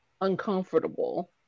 uncomfortable